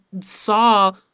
saw